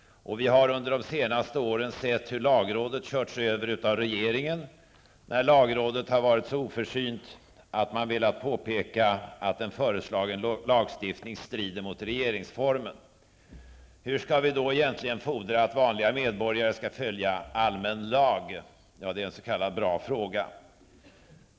Under de senaste åren har vi sett hur lagrådet har körts över av regeringen när lagrådet har varit så oförsynt att den har velat påpeka att en föreslagen lagstiftning strider mot regeringsformen. Hur skall vi då egentligen fordra att vanliga medborgare skall följa allmän lag? Det är en s.k. bra fråga.